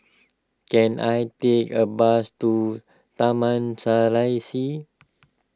can I take a bus to Taman Serasi